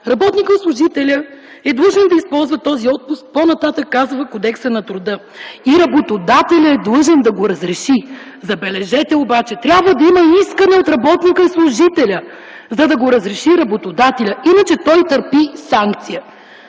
„Работникът или служителят е длъжен да използва този отпуск – казва по-нататък Кодекса на труда – и работодателят е длъжен да го разреши”. Забележете обаче, трябва да има искане от работника или служителя, за да го разреши работодателят. Иначе той търпи санкция.